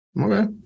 Okay